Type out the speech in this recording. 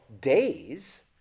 days